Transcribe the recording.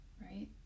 right